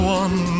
one